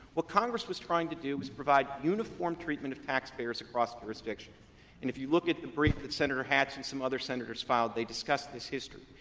what congress was trying to do was provide uniform treatment of taxpayers across jurisdictions, and if you look at the brief that senator hatch and some other senators filed, they discussed this history,